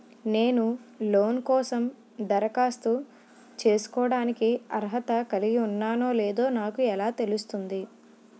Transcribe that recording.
నేను లోన్ కోసం దరఖాస్తు చేసుకోవడానికి అర్హత కలిగి ఉన్నానో లేదో నాకు ఎలా తెలుస్తుంది?